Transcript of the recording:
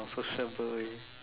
not sociable we